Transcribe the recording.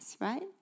right